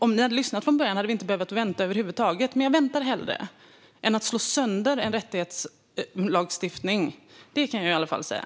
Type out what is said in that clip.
Om ni hade lyssnat från början hade vi inte behövt vänta över huvud taget, men jag väntar hellre än att slå sönder en rättighetslagstiftning. Det kan jag i alla fall säga.